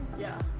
yeah.